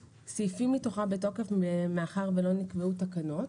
סעיפים מתוכה בתוקף מאחר ולא נקבעו תקנות